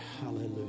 Hallelujah